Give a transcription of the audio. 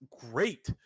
great